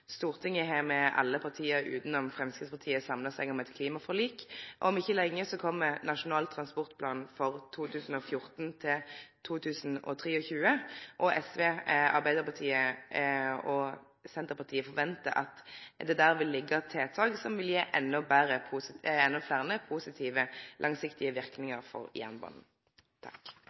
Stortinget har me – alle parti utanom Framstegspartiet – samla oss om eit klimaforlik, og om ikkje lenge kjem Nasjonal transportplan 2014–2023. SV, Arbeidarpartiet og Senterpartiet forventar at det der vil vere tiltak som vil gje endå fleire positive langsiktige verknader for jernbanen.